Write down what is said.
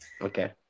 Okay